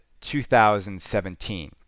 2017